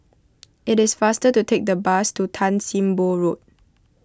it is faster to take the bus to Tan Sim Boh Road